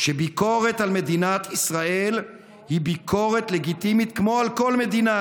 שביקורת על מדינת ישראל היא ביקורת לגיטימית כמו על כל מדינה.